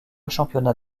championnat